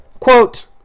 Quote